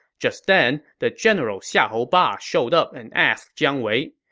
just then, the general xiahou ba showed up and asked jiang wei,